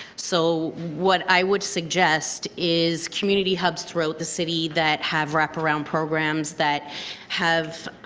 so what i would suggest is community hubs throughout the city that have wrap around programs that have